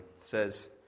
says